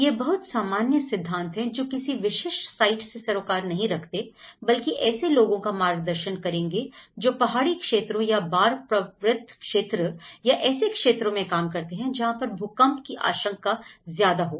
यह बहुत सामान्य सिद्धांत हैं जो किसी विशिष्ट साइट से सरोकार नहीं रखते बल्कि ऐसे लोगों का मार्गदर्शन करेंगे जो पहाड़ी क्षेत्रों या बाढ़ प्रवृत्त क्षेत्र या ऐसे क्षेत्रों में काम करते हो जहां पर भूकंप की आशंका ज्यादा हो